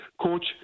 coach